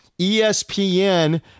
ESPN